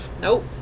Nope